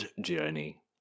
Journey